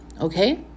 okay